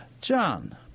John